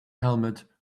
helmet